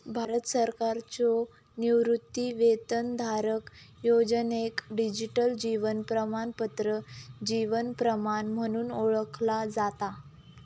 भारत सरकारच्यो निवृत्तीवेतनधारक योजनेक डिजिटल जीवन प्रमाणपत्र जीवन प्रमाण म्हणून ओळखला जाता